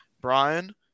Brian